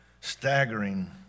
staggering